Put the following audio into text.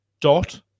dot